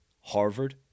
Harvard